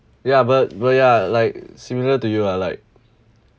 ya but but ya like similar to you ah like